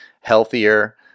healthier